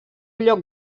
lloc